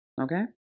okay